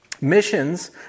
Missions